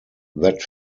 that